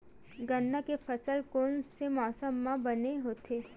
गन्ना के फसल कोन से मौसम म बने होथे?